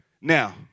Now